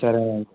సరేనండి